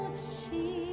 sea,